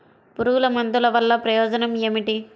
పురుగుల మందుల వల్ల ప్రయోజనం ఏమిటీ?